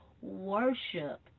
worship